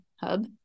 hub